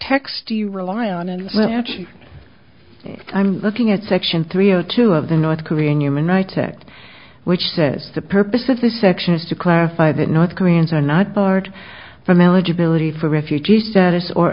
text you rely on and i'm looking at section three o two of the north korean human rights act which says the purpose of this section is to clarify that north koreans are not barred from eligibility for refugee status or